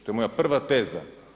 To je moja prva teza.